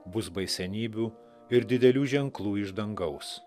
bus baisenybių ir didelių ženklų iš dangaus